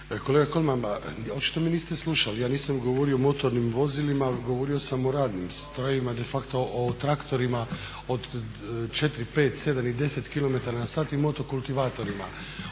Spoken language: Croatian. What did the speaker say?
Kolega Kolman, očito me niste slušati. Ja nisam govorio o motornim vozilima, govorio sam o radnim strojevima, de facto o traktorima od 4, 5, 7 i 10 km/h i motokultivatorima.